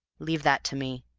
leave that to me.